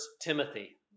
Timothy